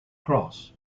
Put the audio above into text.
cross